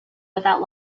without